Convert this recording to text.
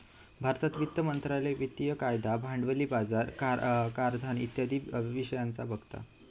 भारतात वित्त मंत्रालय वित्तिय कायदा, भांडवली बाजार, कराधान इत्यादी विषयांका बघता